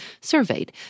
surveyed